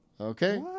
Okay